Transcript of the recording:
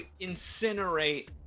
incinerate